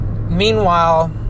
Meanwhile